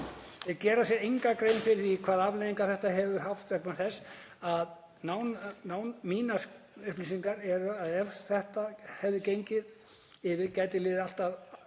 Þeir gera sér enga grein fyrir því hvaða afleiðingar þetta hefði haft vegna þess að mínar upplýsingar eru að ef þetta hefði gengið yfir þá hefði getað